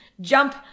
jump